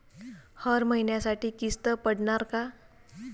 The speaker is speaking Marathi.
हर महिन्यासाठी किस्त पडनार का?